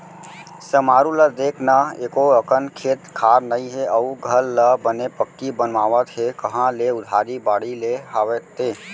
समारू ल देख न एको अकन खेत खार नइ हे अउ घर ल बने पक्की बनवावत हे कांहा ले उधारी बाड़ही ले हवय ते?